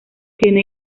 tiene